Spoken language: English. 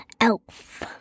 elf